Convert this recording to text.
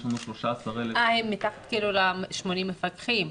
יש לנו 13,000 --- הם מתחת ל-80 מפקחים?